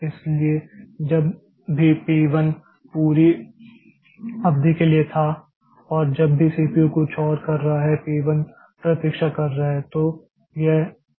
इसलिए जब भी P 1 पूरी अवधि के लिए था और जब भी CPU कुछ और कर रहा है P 1 प्रतीक्षा कर रहा है